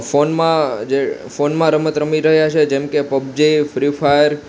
ફોનમાં જે ફોનમાં રમત રમી રહ્યા છે જેમકે પબજી ફ્રી ફાયર